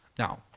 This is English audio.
Now